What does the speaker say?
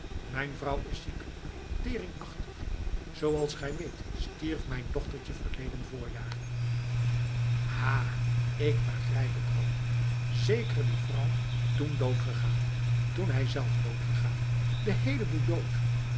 mijn vrouw is ziekelijk teringachtig zooals gij weet stierf mijn dochtertje verleden voorjaar ha ik begrijp het al zeker die vrouw toen doodgegaan toen hij zelf doodgegaan de heele boel dood